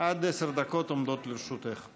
עד עשר דקות עומדות לרשותך.